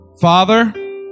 Father